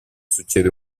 succede